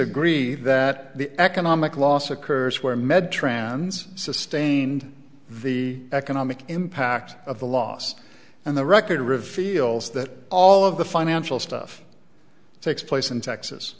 agree that the economic loss occurs where med trans sustained the economic impact of the lost and the record reveals that all of the financial stuff takes place in texas